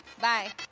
Bye